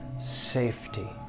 safety